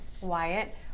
Wyatt